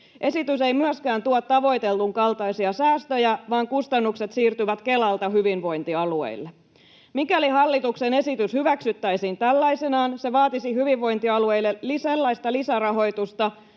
Esitys ei myöskään tuo tavoitellun kaltaisia säästöjä, vaan kustannukset siirtyvät Kelalta hyvinvointialueille. Mikäli hallituksen esitys hyväksyttäisiin tällaisenaan, se vaatisi hyvinvointialueille sellaista